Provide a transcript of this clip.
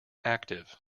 active